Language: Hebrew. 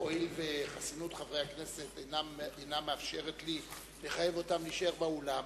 הואיל וחסינות חברי הכנסת אינה מאפשרת לי לחייב אותם להישאר באולם,